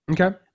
Okay